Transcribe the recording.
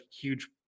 huge